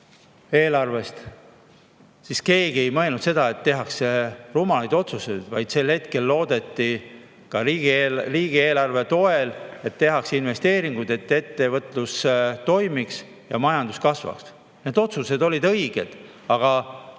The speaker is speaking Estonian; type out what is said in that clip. eelarvest, siis keegi ei mõelnud seda, et tehakse rumalaid otsuseid, vaid sel hetkel loodeti, et ka riigieelarve toel tehakse investeeringuid, et ettevõtlus toimiks ja majandus kasvaks. Need otsused olid õiged, aga